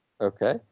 Okay